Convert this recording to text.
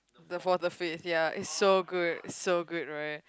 the fourth or fifth ya is so good so good right